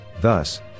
Thus